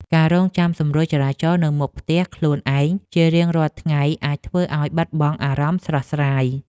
ការរង់ចាំសម្រួលចរាចរណ៍នៅមុខផ្ទះខ្លួនឯងជារៀងរាល់ថ្ងៃអាចធ្វើឱ្យបាត់បង់អារម្មណ៍ស្រស់ស្រាយ។